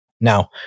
Now